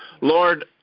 Lord